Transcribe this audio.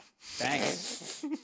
Thanks